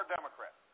Democrat